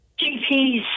GPs